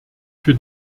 für